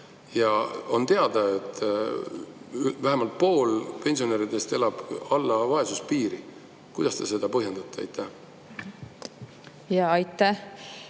On teada, et vähemalt pool pensionäridest elab allpool vaesuspiiri. Kuidas te seda põhjendate? Aitäh!